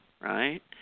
Right